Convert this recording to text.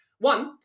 One